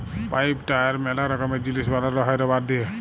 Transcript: pipe, tyre ম্যালা রকমের জিনিস বানানো হ্যয় রাবার দিয়ে